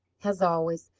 as always,